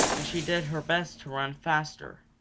and she did her best to run faster.